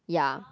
ya